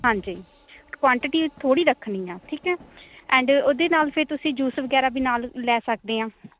ਹਾਂਜੀ ਕੁਆਂਟਿਟੀ ਥੋੜ੍ਹੀ ਰੱਖਣੀ ਆ ਠੀਕ ਹੈ ਐਂਡ ਉਹਦੇ ਨਾਲ ਫਿਰ ਤੁਸੀਂ ਜੂਸ ਵਗੈਰਾ ਵੀ ਨਾਲ ਲੈ ਸਕਦੇ ਆ